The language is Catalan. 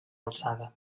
alçada